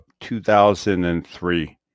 2003